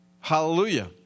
Hallelujah